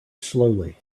slowly